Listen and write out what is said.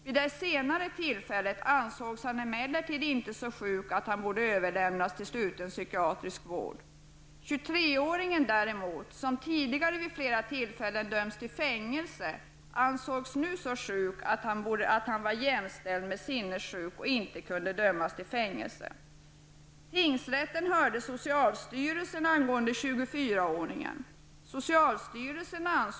Vid det senare tillfället bedömdes han emellertid inte så sjuk att han borde överlämnas till sluten psykiatrisk vård. 23-åringen däremot, som tidigare vid flera tillfällen dömts till fängelse, ansågs nu så sjuk att hans tillstånd jämställdes med sinnessjukdom och därför kunde han inte dömas till fängelse.